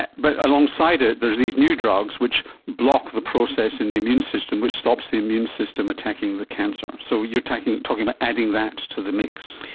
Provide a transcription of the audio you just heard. but but alongside it there's these new drugs which block the process in the immune system which stops the immune system attacking the cancer, so you're talking talking about adding that to the mix.